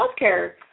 healthcare